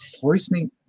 poisoning